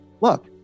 look